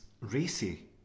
racy